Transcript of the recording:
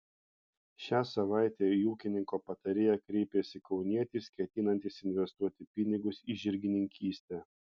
šią savaitę į ūkininko patarėją kreipėsi kaunietis ketinantis investuoti pinigus į žirgininkystę